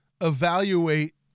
evaluate